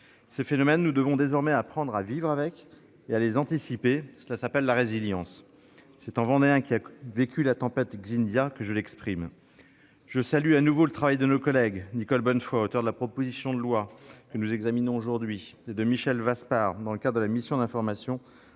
Ces phénomènes, nous devons désormais apprendre à vivre avec et à les anticiper : cela s'appelle la résilience. C'est en Vendéen qui a connu la tempête Xynthia que je vous le dis. Je salue de nouveau le travail de nos collègues, Nicole Bonnefoy, auteure de la proposition de loi que nous examinons aujourd'hui, et Michel Vaspart, dans le cadre de la mission d'information,